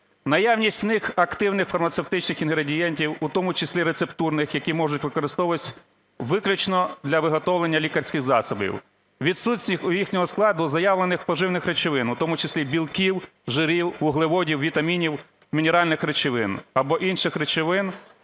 наявність в них активних фармацевтичних інгредієнтів, у тому числі рецептурних, які можуть використовуватися виключно для виготовлення лікарських засобів; відсутність у їхньому складі заявлених поживних речовин, в тому числі білків, жирів, вуглеводів, вітамінів, мінеральних речовин або інших речовин